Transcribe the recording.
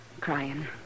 crying